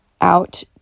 out